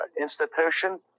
institution